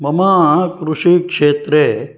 मम कृषिक्षेत्रे